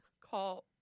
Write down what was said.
Call